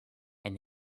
and